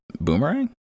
boomerang